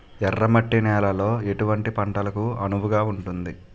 ఎర్ర మట్టి నేలలో ఎటువంటి పంటలకు అనువుగా ఉంటుంది?